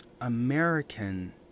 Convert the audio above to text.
American